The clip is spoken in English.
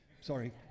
Sorry